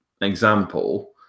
example